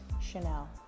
Chanel